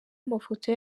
amafoto